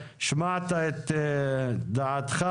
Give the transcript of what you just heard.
השמעת את דעתך.